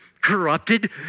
corrupted